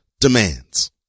demands